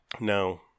No